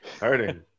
hurting